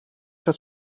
dat